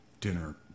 dinner